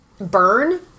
burn